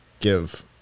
give